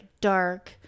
dark